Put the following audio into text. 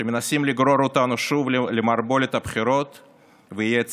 שמנסים לגרור אותנו שוב למערבולת הבחירות ולאי-יציבות.